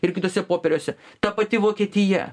ir kituose popieriuose ta pati vokietija